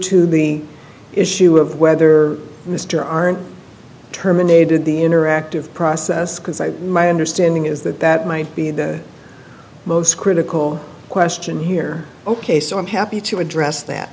to the issue of whether mr aren't terminated the interactive process because i my understanding is that that might be the most critical question here ok so i'm happy to address that